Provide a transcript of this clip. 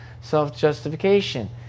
self-justification